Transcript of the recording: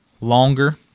longer